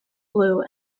blue